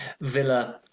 Villa